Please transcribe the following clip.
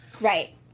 Right